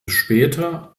später